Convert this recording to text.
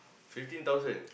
fifteen thousand